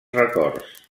records